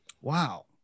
Wow